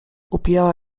upijała